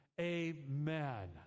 amen